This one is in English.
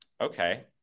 Okay